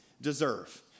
deserve